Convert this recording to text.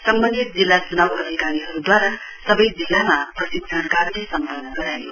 सम्वन्धित जिल्ला चुनाउ अधिकारीहरुद्वारा सवै जिल्लामा प्रशिक्षण कार्य सम्पन्न भयो